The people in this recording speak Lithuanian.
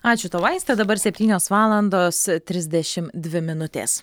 ačiū tau aiste dabar septynios valandos trisdešim dvi minutės